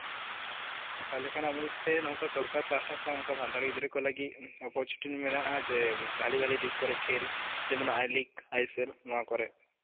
ᱚᱠᱟ ᱞᱮᱠᱟᱱᱟᱜ ᱢᱮᱱᱛᱮ ᱥᱚᱨᱠᱟᱨ ᱯᱟᱦᱴᱟ ᱠᱷᱚᱱ ᱚᱱᱠᱟ ᱥᱟᱱᱛᱟᱲ ᱜᱤᱫᱽᱨᱟᱹ ᱠᱚ ᱞᱟᱹᱜᱤᱫ ᱚᱯᱚᱨᱪᱩᱱᱤᱴᱤ ᱢᱮᱱᱟᱜᱼᱟ ᱡᱮ ᱵᱷᱟᱹᱞᱤ ᱵᱷᱟᱹᱞᱤ ᱫᱤᱠ ᱠᱚᱨᱮᱜ ᱠᱷᱮᱞ ᱟᱭ ᱞᱤᱜ ᱟᱭᱮᱥᱮᱞ ᱱᱚᱣᱟ ᱠᱚᱨᱮᱜ